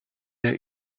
der